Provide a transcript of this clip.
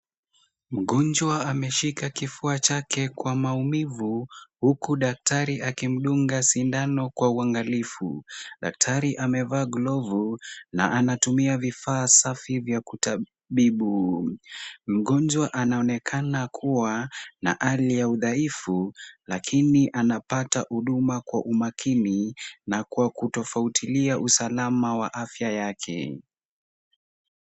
Mgonjwa ameshika kifua chake kwa maumivu, huku daktari akimdunga sindano kwa uangalifu. Daktari amevaa glovu na anatumia vifaa safi vya kutabibu. Mgonjwa anaonekana kuwa na hali ya udhaifu, lakini anapata huduma kwa umakini na kwa kutofuatilia usalama wa afya yake.